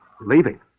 Leaving